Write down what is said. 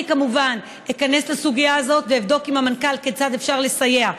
אני כמובן איכנס לסוגיה הזאת ואבדוק עם המנכ"ל כיצד אפשר לסייע.